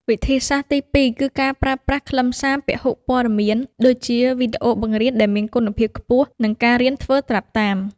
វិធីសាស្ត្រទីពីរគឺការប្រើប្រាស់ ខ្លឹមសារពហុព័ត៌មាន ដូចជាវីដេអូបង្រៀនដែលមានគុណភាពខ្ពស់ និងការរៀនធ្វើត្រាប់តាម។